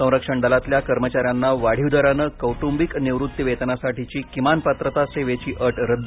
संरक्षण दलातल्या कर्मचाऱ्यांना वाढीव दराने कौटुंबिक निवृत्तिवेतनासाठीची किमान पात्रता सेवेची अट रद्द